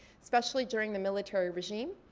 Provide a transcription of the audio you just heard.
especially during the military regime.